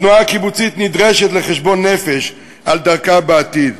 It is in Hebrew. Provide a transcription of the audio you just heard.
החברה הקיבוצית נדרשת לחשבון נפש על דרכה בעתיד.